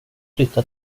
flytta